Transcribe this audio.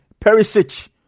Perisic